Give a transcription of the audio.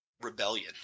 rebellion